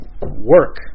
work